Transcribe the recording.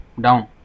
down